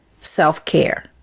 self-care